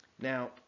Now